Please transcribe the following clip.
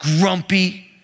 grumpy